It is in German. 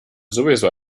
sowieso